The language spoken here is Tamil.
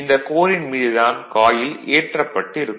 இந்த கோரின் மீது தான் காயில் ஏற்றப்பட்டு இருக்கும்